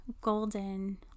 golden